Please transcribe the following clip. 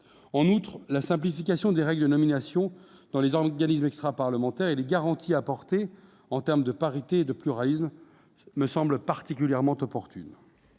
En outre, la simplification des règles de nomination dans les organismes extraparlementaires et les garanties apportées en termes de parité et de pluralisme me semblent particulièrement opportunes.